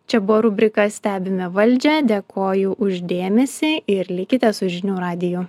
čia buvo rubrika stebime valdžią dėkoju už dėmesį ir likite su žinių radijo